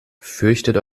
fürchtet